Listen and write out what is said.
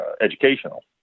educational